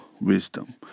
wisdom